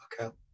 Okay